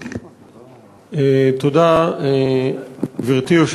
אנחנו עוברים לשואל הבא, חבר